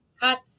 hot